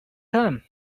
time